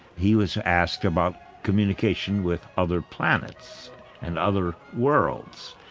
he was asked about communication with other planets and other worlds,